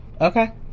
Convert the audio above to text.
Okay